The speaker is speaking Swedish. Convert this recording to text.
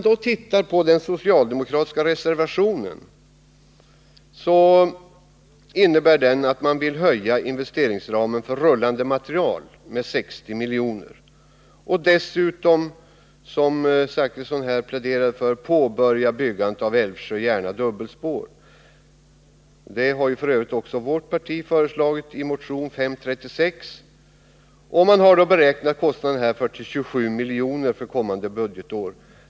Den socialdemokratiska reservationen vill höja investeringsramen för rullande material med 60 miljoner och dessutom, som Bertil Zachrisson pläderade för, påbörja byggandet av Älvsjö-Järna dubbelspår — det sistnämnda har även vpk föreslagit i motion 536 — till en beräknad kostnad av 27 miljoner för kommande budgetår.